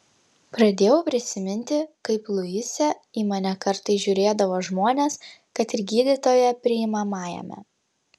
pradėjau prisiminti kaip luise į mane kartais žiūrėdavo žmonės kad ir gydytojo priimamajame